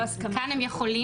כאן הם יכולים.